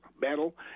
battle